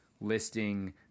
listing